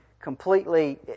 completely